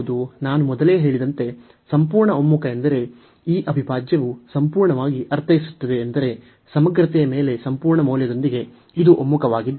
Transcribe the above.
ನಾನು ಮೊದಲೇ ಹೇಳಿದಂತೆ ಸಂಪೂರ್ಣ ಒಮ್ಮುಖ ಎಂದರೆ ಈ ಅವಿಭಾಜ್ಯವು ಸಂಪೂರ್ಣವಾಗಿ ಅರ್ಥೈಸುತ್ತದೆ ಎಂದರೆ ಸಮಗ್ರತೆಯ ಮೇಲೆ ಸಂಪೂರ್ಣ ಮೌಲ್ಯದೊಂದಿಗೆ ಇದು ಒಮ್ಮುಖವಾಗಿದ್ದರೆ